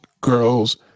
girls